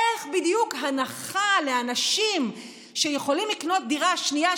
איך בדיוק הנחה לאנשים אם שיכולים לקנות דירה שנייה,